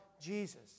Jesus